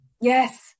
Yes